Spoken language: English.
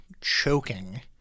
choking